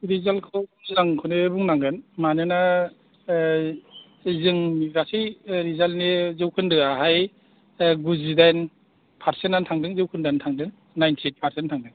रिजाल्टखौ मोजांखौनो बुंनांगोन मानोना जोंनि गासै रिजाल्टनि जौखोन्दोयाहाय गुजिदाइन पारसेन्टयानो थांदों जौखोन्दोयानो थांदों नाइनटि एइट पारसेन्ट थांदों